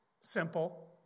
Simple